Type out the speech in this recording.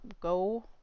go